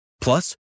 Plus